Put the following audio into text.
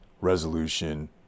Resolution